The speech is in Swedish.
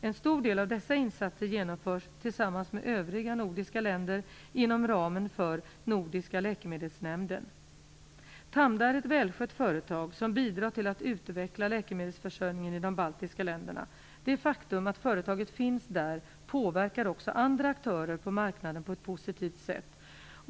En stor del av dessa insatser genomförs tillsammans med övriga nordiska länder inom ramen för Nordiska läkemedelsnämnden. Tamda är ett välskött företag, som bidrar till att utveckla läkemedelsförsörjningen i de baltiska länderna. Det faktum att företaget finns där påverkar också andra företag på marknaden på ett positivt sätt.